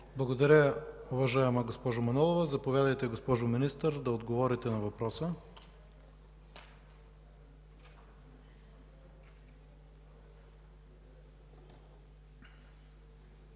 Благодаря, госпожо Манолова. Заповядайте, госпожо Министър, да отговорите на въпроса.